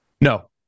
no